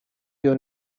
you